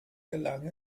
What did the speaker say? gelang